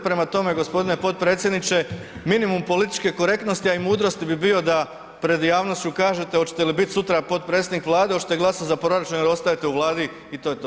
Prema tome, gospodine potpredsjedniče minimum političke korektnosti, a i mudrosti bi bio da pred javnošću kažete hoćete li biti sutra potpredsjednik Vlade, hoćete li glasati za proračun jel ostajete u Vladi i to je to.